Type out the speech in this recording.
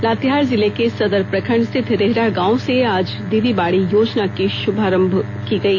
लातेहार जिले के सदर प्रखंड स्थित रेहडा गांव से आज दीदी बाडी योजना का शभारंभ हआ